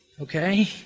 okay